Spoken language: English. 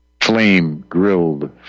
Flame-grilled